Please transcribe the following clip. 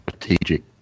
strategic